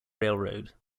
railroad